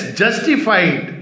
justified